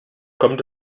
kommt